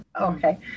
okay